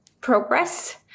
progress